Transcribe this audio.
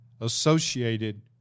associated